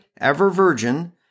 ever-Virgin